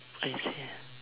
I see